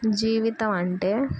జీవితం అంటే